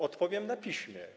Odpowiem na piśmie.